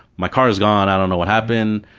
my car is gone, i don't know what happened,